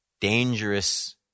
dangerous